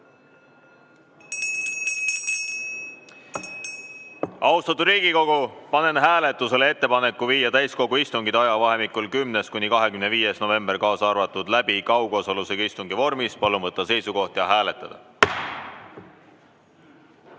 Austatud Riigikogu, panen hääletusele ettepaneku viia täiskogu istungid ajavahemikul 10.–25. november (kaasa arvatud) läbi kaugosalusega istungi vormis. Palun võtta seisukoht ja hääletada!